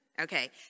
okay